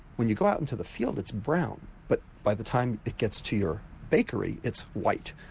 when you go out into the field it's brown but by the time it gets to your bakery it's white.